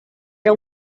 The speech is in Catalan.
era